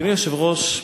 אדוני היושב-ראש,